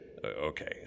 Okay